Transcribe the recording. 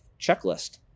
checklist